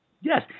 Yes